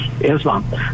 Islam